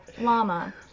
llama